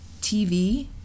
TV